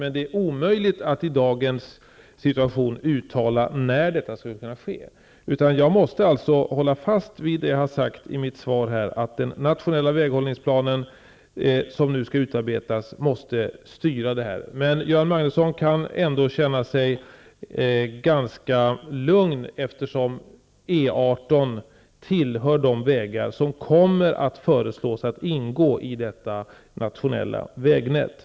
Men det är omöjligt att i nuvarande situation uttala sig om när detta skulle kunna ske. Jag måste alltså hålla fast vid det jag har sagt i mitt svar, nämligen att den nationella väghållningsplan som nu skall utarbetas måste vara styrande här. Göran Magnusson kan ändå känna sig ganska lugn. E 18 är ju en av de vägar som kommer att föreslås ingå i det nationella vägnätet.